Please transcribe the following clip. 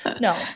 No